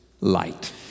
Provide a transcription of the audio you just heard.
light